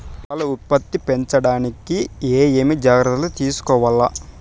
పాల ఉత్పత్తి పెంచడానికి ఏమేం జాగ్రత్తలు తీసుకోవల్ల?